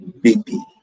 baby